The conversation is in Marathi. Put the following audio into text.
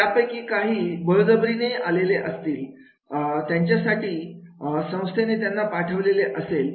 त्यापैकी काही बळजबरीने आलेले असतील त्यांच्या संस्थेने त्यांना पाठवले असेल